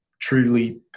truly